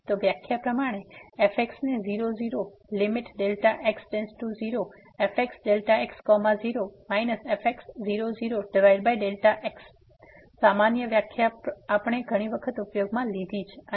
તો વ્યાખ્યા પ્રમાણે fx ને 0 0 fxΔx0 fx00Δx સામાન્ય વ્યાખ્યા આપણે ઘણી વખત ઉપયોગમાં લીધી છે